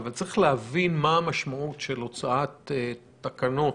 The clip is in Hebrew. אבל, צריך להבין מהי המשמעות של הוצאות תקנות